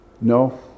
No